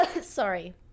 Sorry